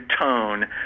tone